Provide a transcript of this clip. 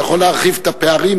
יכול להרחיב את הפערים,